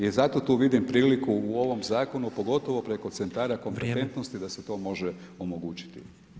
I zato tu vidim priliku u ovom zakonu, pogotovo kod centara kompetentnosti, da se to može omogućiti.